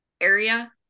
area